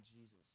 Jesus